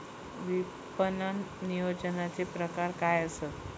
विपणन नियोजनाचे प्रकार काय आसत?